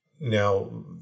Now